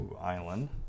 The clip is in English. Island